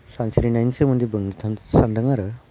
सानस्रिनायनि सोमोन्दै बुंनो सान्दों आरो